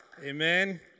Amen